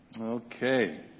Okay